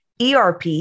ERP